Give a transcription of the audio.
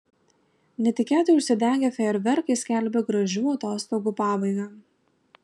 netikėtai užsidegę fejerverkai skelbia gražių atostogų pabaigą